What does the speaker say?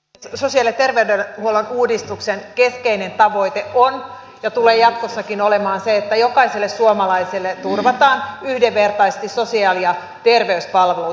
sosiaali ja terveydenhuollon uudistuksen keskeinen tavoite on ja tulee jatkossakin olemaan se että jokaiselle suomalaiselle turvataan yhdenvertaisesti sosiaali ja terveyspalvelut